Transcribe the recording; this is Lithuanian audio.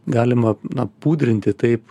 galima na pudrinti taip